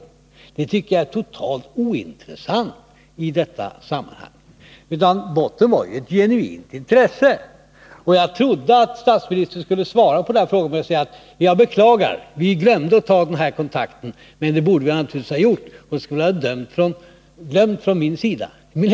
Vem som är duktigast tycker jag är totalt ointressant i detta sammanhang. I botten fanns ett genuint intresse. Jag trodde att statsministern skulle svara på denna fråga med att säga: Jag beklagar — vi glömde att ta denna kontakt, men det borde vi naturligtvis ha gjort. Då skulle det ha varit glömt från min sida.